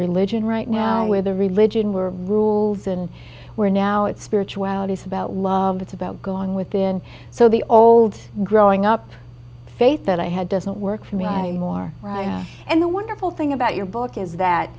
religion right now with a religion were rules and where now it's spirituality is about love it's about going within so the old growing up faith that i had doesn't work for me i'm more right and the wonderful thing about your book is that